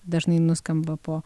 dažnai nuskamba po